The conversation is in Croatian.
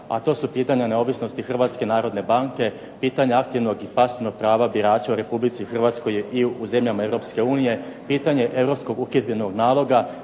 a to su pitanja neovisnosti Hrvatske narodne banke, pitanje aktivnog i pasivnog prava birača u Republici Hrvatskoj i u zemljama Europske unije, pitanje europskog uhidbenog naloga,